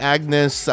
Agnes